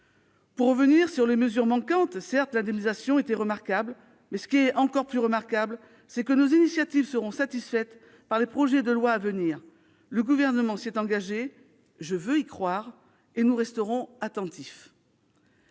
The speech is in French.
Pour revenir sur les mesures manquantes, certes, l'indemnisation était remarquable. Mais, et c'est encore plus remarquable, nos initiatives seront satisfaites par les projets de loi à venir : le Gouvernement s'y est engagé, je veux y croire, et nous resterons attentifs.